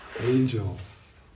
angels